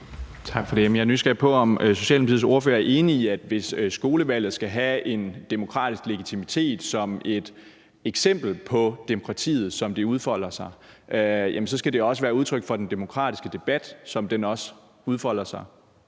Jeg er nysgerrig på, om Socialdemokratiets ordfører er enig i, at hvis skolevalget skal have en demokratisk legitimitet som et eksempel på demokratiet, som det udfolder sig, så skal det også være udtryk for den demokratiske debat, som den også udfolder sig